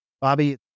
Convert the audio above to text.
Bobby